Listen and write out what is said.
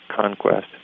conquest